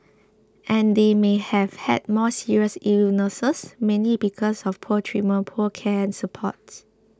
and they may have had more serious illnesses mainly because of poor treatment poor care and support